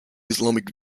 islamic